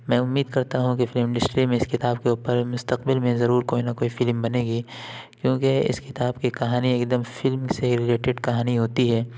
میں امید کرتا ہوں کہ فلم انڈسٹری میں اس کتاب کے اوپر مستقبل میں ضرور کوئی نہ کوئی فلم بنے گی کیونکہ اس کتاب کی کہانی ایک دم فلم سے ہی ریلیٹد کہانی ہوتی ہے